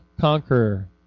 conqueror